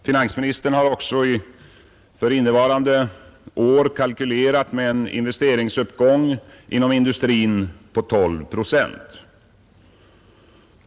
Finansministern har också för innevarande år kalkylerat med en investeringsuppgång inom industrin på 12 procent.